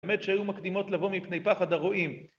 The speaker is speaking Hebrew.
באמת שהיו מקדימות לבוא מפני פחד הרועים.